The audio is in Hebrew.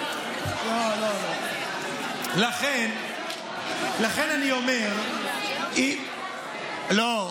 לכן אני אומר, מיכאל, לא,